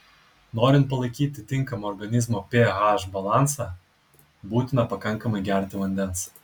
norint palaikyti tinkamą organizmo ph balansą būtina pakankamai gerti vandens